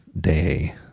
day